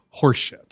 horseshit